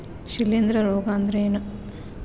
ಶಿಲೇಂಧ್ರ ರೋಗಾ ಅಂದ್ರ ಏನ್?